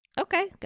okay